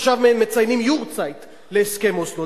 עכשיו מציינים יארצייט להסכם אוסלו.